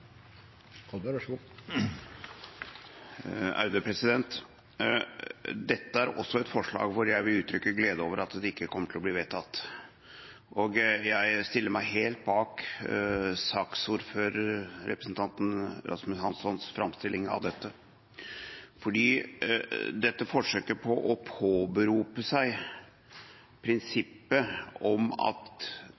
Dette er også et forslag som jeg vil uttrykke glede over at ikke kommer til å bli vedtatt. Jeg stiller meg helt bak saksordførerens, representanten Rasmus Hanssons, framstilling av dette. Dette forsøket på å påberope seg